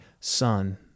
son